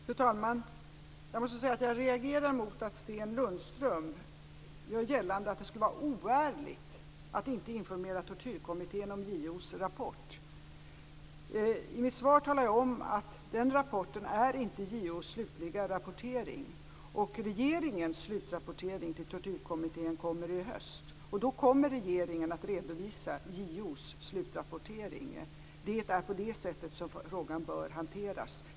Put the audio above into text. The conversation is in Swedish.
Fru talman! Jag måste säga att jag reagerar mot att Sten Lundström gör gällande att det skulle vara oärligt att inte informera Tortyrkommittén om JO:s rapport. I mitt svar talade jag om att den rapporten inte är Tortyrkommittén kommer i höst. Då kommer regeringen att redovisa JO:s slutrapport. Det är på det sättet frågan bör hanteras.